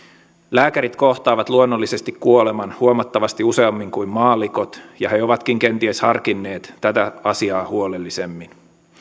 lääkärit kohtaavat luonnollisesti kuoleman huomattavasti useammin kuin maallikot ja he ovatkin kenties harkinneet tätä asiaa huolellisemmin